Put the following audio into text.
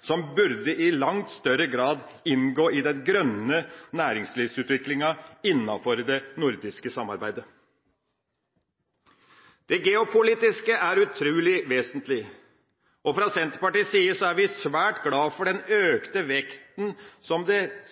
som i langt større grad burde inngå i den grønne næringslivsutviklinga innafor det nordiske samarbeidet. Det geopolitiske er utrolig vesentlig, og fra Senterpartiets side er vi svært glade for den økte vekten på